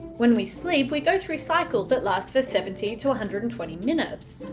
when we sleep we go through cycles that last for seventy to one hundred and twenty minutes.